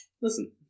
listen